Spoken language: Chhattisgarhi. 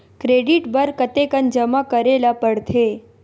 क्रेडिट बर कतेकन जमा करे ल पड़थे?